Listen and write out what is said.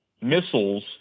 missiles